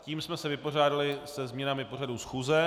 Tím jsme se vypořádali se změnami pořadu schůze.